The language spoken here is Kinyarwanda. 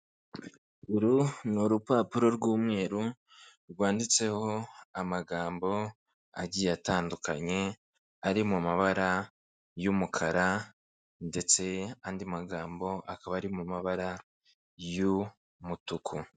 Uru ni urupapuro rw'umweru rwanditseho amagambo agiye atandukanye ari mu mabara y'umukara ndetse andi magambo akaba ari mu mabara y'umutuku.